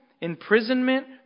imprisonment